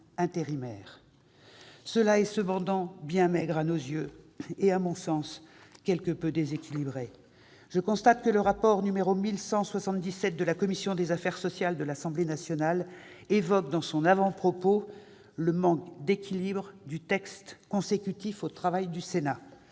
Cela reste cependant bien maigre et, à mon sens, quelque peu déséquilibré. Je constate que le rapport n° 1177 de la commission des affaires sociales de l'Assemblée nationale évoque dans son avant-propos « le manque d'équilibre du texte consécutif au travail du Sénat.